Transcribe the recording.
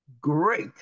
Great